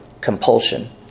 compulsion